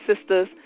sisters